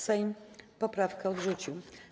Sejm poprawkę odrzucił.